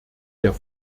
der